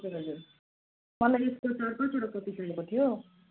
हजुर हजुर मलाई यसको चारपाँचवटा कपी चाहिएको थियो